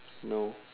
no